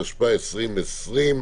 התשפ"א-2020.